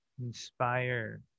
inspire